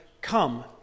come